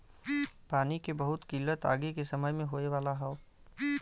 पानी के बहुत किल्लत आगे के समय में होए वाला हौ